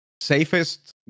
safest